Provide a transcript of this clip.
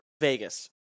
Vegas